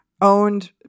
owned